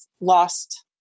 lost